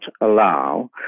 allow